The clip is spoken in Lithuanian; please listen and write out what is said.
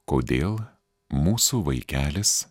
kodėl mūsų vaikelis